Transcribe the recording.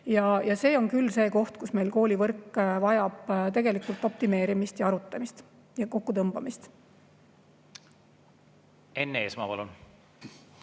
see on see koht, kus meil koolivõrk vajab tegelikult optimeerimist ja arutamist ja kokkutõmbamist. Enn Eesmaa, palun!